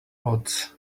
odds